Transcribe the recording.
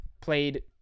played